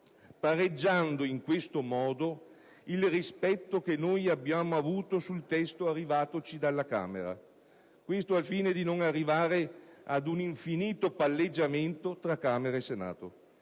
pareggiando in questo modo il rispetto che noi abbiamo avuto per il testo arrivatoci dalla Camera dei deputati; ciò al fine di non arrivare ad un infinito «palleggiamento» tra Camera e Senato.